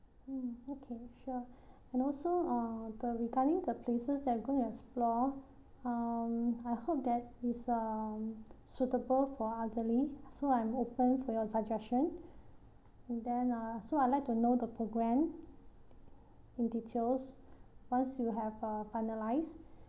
mm okay sure and also uh the regarding the places that we going to explore um I hope that it's um suitable for elderly so I'm open for your suggestion and then uh so I'd like to know the programme in details once you have uh finalised